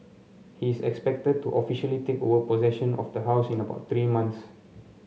he is expected to officially take over possession of the house in about three months